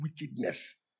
wickedness